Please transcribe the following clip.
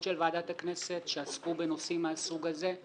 של ועדת הכנסת שעסקו בנושאים מהסוג הזה,